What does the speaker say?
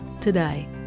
today